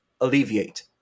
alleviate